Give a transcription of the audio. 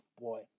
boy